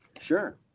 Sure